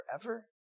forever